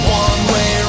one-way